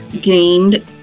gained